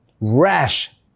rash